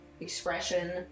expression